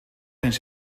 eens